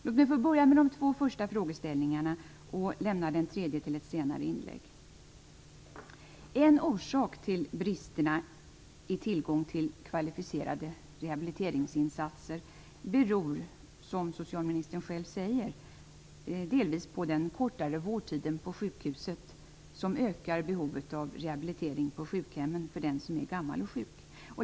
Jag vill börja med de två första frågeställningarna och lämnar den tredje till ett senare inlägg. En orsak till bristerna är den otillräckliga tillgången till kvalificerade rehabiliteringsinsatser. Som socialministern säger beror detta delvis på den kortare vårdtiden på sjukhusen, vilket ökar behovet av rehabilitering på sjukhemmen för den som är gammal och sjuk.